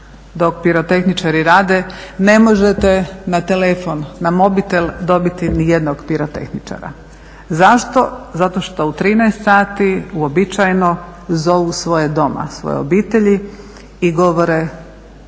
dok pirotehničari rade ne možete na telefon, na mobitel dobiti ni jednog pirotehničara. Zašto? Zato što u 13 sati uobičajeno zovu svoje doma, svoje obitelji i govore,